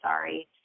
sorry